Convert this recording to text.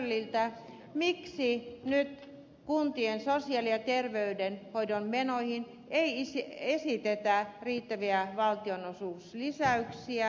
miksi nyt kuntien sosiaali ja terveydenhoidon menoihin ei esitetä riittäviä valtionosuuslisäyksiä